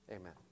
Amen